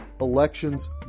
elections